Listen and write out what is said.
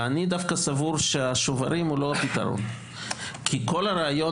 ואני סבור שהשוברים לא פתרון כי כל הרעיון